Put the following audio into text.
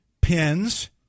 pins